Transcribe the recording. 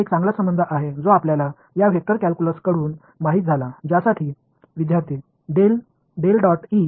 எனவே சரிதானே இப்போது வெக்டர் கால்குலஸிலிருந்து உங்களுக்குத் தெரிந்த ஒரு நல்ல உறவு உள்ளது